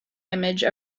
image